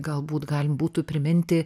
galbūt galima būtų priminti